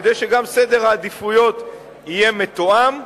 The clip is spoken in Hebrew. כדי שגם סדר העדיפויות יהיה מתואם,